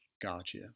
Gotcha